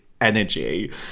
energy